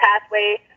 pathway